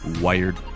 wired